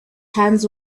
hands